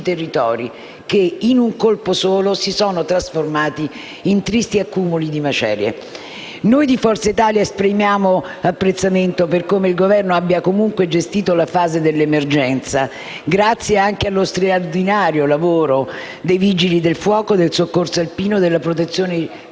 territori che, in un colpo solo, si sono trasformati in tristi accumuli di macerie. Noi di Forza Italia esprimiamo apprezzamento per come il Governo ha gestito la fase dell'emergenza, grazie anche allo straordinario lavoro dei Vigili del fuoco, del Soccorso alpino, della Protezione